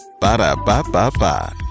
Ba-da-ba-ba-ba